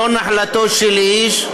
זה לא נחלתו של איש,